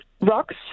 rocks